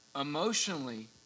emotionally